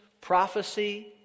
...prophecy